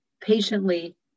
patiently